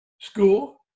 school